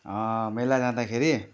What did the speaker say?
मेला जाँदाखेरि